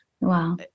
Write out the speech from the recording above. Wow